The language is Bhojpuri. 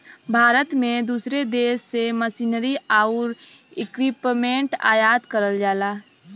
भारत में दूसरे देश से मशीनरी आउर इक्विपमेंट आयात करल जाला